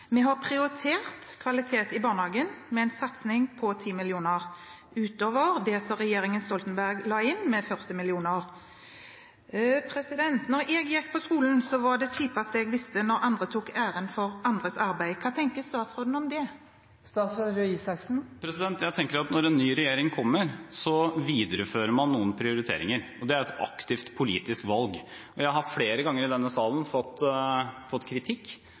har: «Styrket satsingen på kvalitet i barnehagen med 10 millioner kroner» utover det regjeringen Stoltenberg la inn med 40 mill. kr. Da jeg gikk på skolen, var det kjipeste jeg visste at noen tok æren for andres arbeid. Hva tenker statsråden om det? Jeg tenker at når en ny regjering kommer, viderefører man noen prioriteringer. Det er et aktivt politisk valg. Jeg har flere ganger i denne salen fått kritikk